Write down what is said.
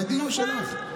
בדיון שלך.